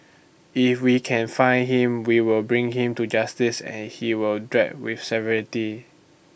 if we can find him we will bring him to justice and he will dry with severity